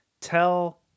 tell